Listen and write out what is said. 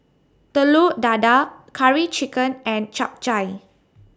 Telur Dadah Curry Chicken and Chap Chai